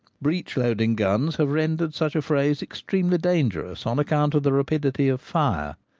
breech-loading guns have rendered such affrays extremely dangerous on account of the rapidity of fire.